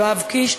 יואב קיש,